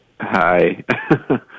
Hi